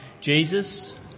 Jesus